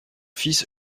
fils